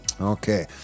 Okay